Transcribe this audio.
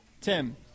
Tim